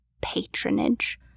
patronage